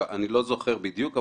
לא זוכר בדיוק,